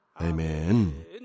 Amen